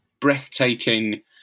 breathtaking